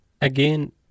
Again